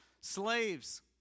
slaves